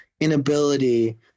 inability